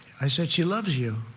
i said she loves you.